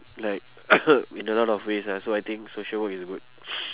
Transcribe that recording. like in a lot of ways ah so I think social work is good